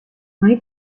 she